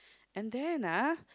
and then ah